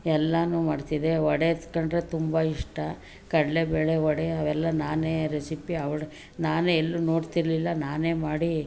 ಎಲ್ಲನೂ ಮಾಡ್ತಿದ್ದೆ ವಡೆ ಕಂಡರೆ ತುಂಬ ಇಷ್ಟ ಕಡಲೇಬೇಳೆ ವಡೆ ಅವೆಲ್ಲ ನಾನೇ ರೆಸಿಪಿ ಅವ್ಳು ನಾನೇ ಎಲ್ಲೂ ನೋಡ್ತಿರಲಿಲ್ಲ ನಾನೇ ಮಾಡಿ